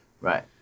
Right